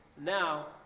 Now